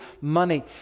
money